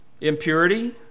impurity